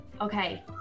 Okay